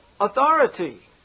authority